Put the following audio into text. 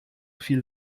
viel